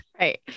Right